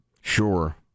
Sure